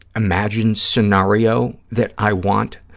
imagined scenario that i want